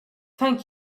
thank